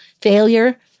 failure